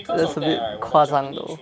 that's a bit 夸张 though